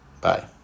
Bye